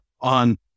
on